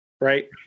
right